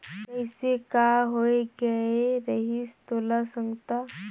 कइसे का होए गये रहिस तोला संगता